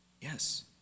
Yes